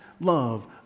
love